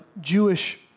Jewish